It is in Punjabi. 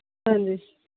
ਹਾਂਜੀ